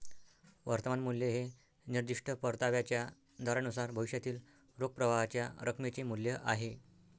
वर्तमान मूल्य हे निर्दिष्ट परताव्याच्या दरानुसार भविष्यातील रोख प्रवाहाच्या रकमेचे मूल्य आहे